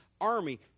Army